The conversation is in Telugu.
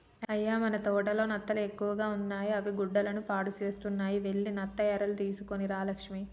అయ్య మన తోటలో నత్తలు ఎక్కువగా ఉన్నాయి అవి గుడ్డలను పాడుసేస్తున్నాయి వెళ్లి నత్త ఎరలు తీసుకొని రా లక్ష్మి